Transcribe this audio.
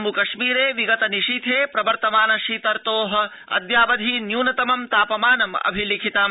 जम्म कश्मीर विगत निशीथे प्रवर्तमान शीतर्तो अद्यावधि न्यूनतमं तापमानम् अभिलिखितम्